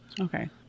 Okay